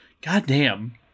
goddamn